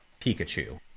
Pikachu